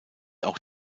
auch